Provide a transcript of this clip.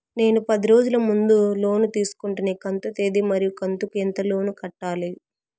నేను పది రోజుల ముందు లోను తీసుకొంటిని కంతు తేది మరియు కంతు కు ఎంత లోను కట్టాలి?